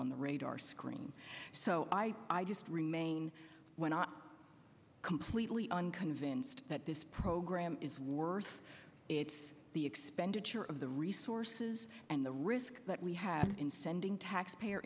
on the radar screen so i just remain when i'm completely unconvinced that this program is worth it's the expenditure of the resources and the risk that we have in sending taxpayer